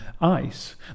ice